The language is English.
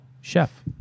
chef